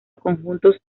conjuntos